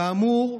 כאמור,